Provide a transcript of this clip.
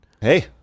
hey